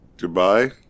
goodbye